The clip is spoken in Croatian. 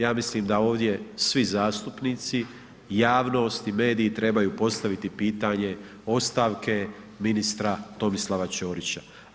Ja mislim da ovdje svi zastupnici, javnost i mediji trebaju postaviti pitanje ostavke ministra Tomislava Ćorića.